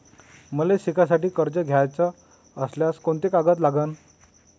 मले शिकासाठी कर्ज घ्याचं असल्यास कोंते कागद लागन?